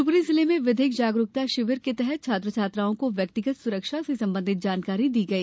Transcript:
शिवपुरी जिले में विधिक जागरूकता शिविर के तहत छात्र छात्राओं को व्यक्तिगत सुरक्षा से संबंधित जानकारी दी गई